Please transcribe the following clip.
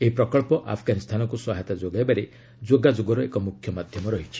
ଏହି ପ୍ରକଳ୍ପ ଆଫଗାନିସ୍ତାନକୁ ସହାୟତା ଯୋଗାଇବାରେ ଯୋଗାଯୋଗର ଏକ ମ୍ରଖ୍ୟ ମାଧ୍ୟମ ରହିଛି